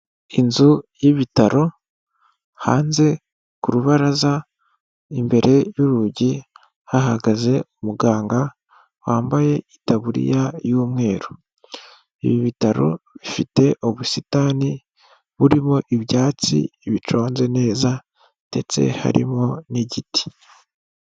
Inzu y'ibitaro, hanze ku rubaraza, imbere y'urugi hahagaze umuganga wambaye itaburiya y'umweru. Ibi bitaro bifite ubusitani burimo ibyatsi biconze neza, ndetse harimo n'igiti.